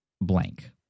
blank